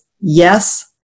yes